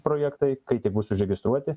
projektai kai tik bus užregistruoti